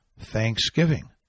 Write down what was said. thanksgiving